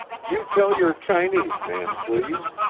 you tell your chinese man, please.